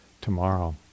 tomorrow